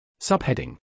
Subheading